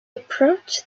approached